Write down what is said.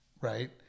right